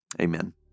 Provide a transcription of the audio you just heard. Amen